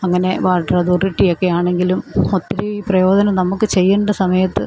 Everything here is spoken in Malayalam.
അങ്ങനെ വാട്ടർ അതോറിറ്റിയൊക്കെ ആണെങ്കിലും ഒത്തിരി പ്രയോജനം നമുക്ക് ചെയ്യേണ്ട സമയത്ത്